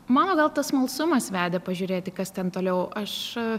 mano gal tas smalsumas vedė pažiūrėti kas ten toliau aš